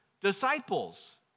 disciples